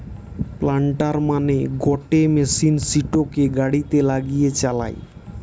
planter মানে গটে machine সিটোকে গাড়িতে লাগিয়ে চালায়